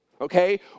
okay